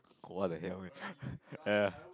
what the hell eh ya